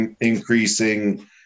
increasing